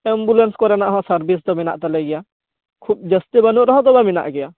ambulance ᱠᱚᱨᱮᱱᱟᱜ ᱦᱚᱸ service ᱫᱚ ᱢᱮᱱᱟᱜ ᱛᱟᱞᱮ ᱜᱮᱭᱟ ᱠᱷᱩᱵ ᱡᱟᱹᱥᱛᱤ ᱵᱟᱹᱱᱩᱜ ᱨᱮᱦᱚᱸ ᱚᱸᱵᱮ ᱢᱮᱱᱟᱜ ᱜᱮᱭᱟ